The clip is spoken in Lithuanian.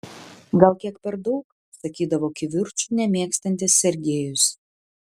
gal kiek per daug sakydavo kivirčų nemėgstantis sergejus